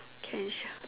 can sure